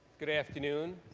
good afternoon.